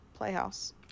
playhouse